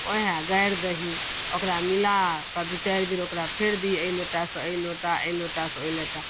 वएह गाड़ि दही ओकरा मिला ओकरा दुइ चारिबेर ओकरा फेर दही एहि लोटासँ एहि लोटा एहि लोटासँ ओ लोटा